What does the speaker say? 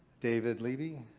david lieby.